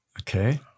Okay